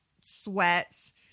sweats